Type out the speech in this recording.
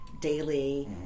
Daily